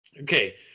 okay